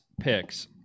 Picks